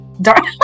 dark